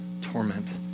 torment